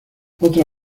otra